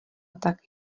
tak